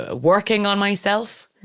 ah working on myself.